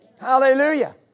Hallelujah